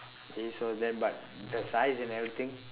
okay so then but the size and everything